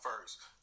first